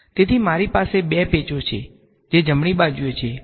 તેથી મારી પાસે બે પેચો છે જે જમણી બાજુએ છે